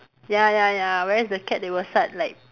ya ya ya whereas the cat they will start like